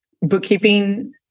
bookkeeping